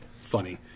funny